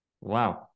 wow